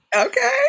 Okay